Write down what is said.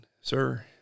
sir